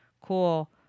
Cool